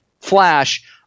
Flash